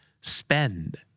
Spend